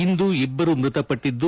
ಇಂದು ಇಬ್ಬರು ಮೃತಪಟ್ಟಿದ್ದು